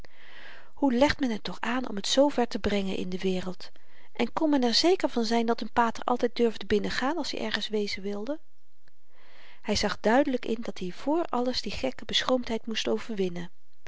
hoe legt men het toch aan om t zoover te brengen in de wereld en kon men er zeker van zyn dat n pater altyd durfde binnengaan als i ergens wezen wilde hy zag duidelyk in dat-i vr alles die gekke beschroomdheid moest overwinnen